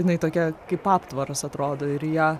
jinai tokia kaip aptvaras atrodo ir į ją